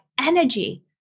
energy